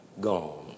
gone